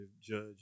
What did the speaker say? judge